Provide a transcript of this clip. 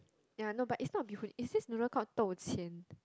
ya no but it's not bee-hoon it's this noodle called dou-qian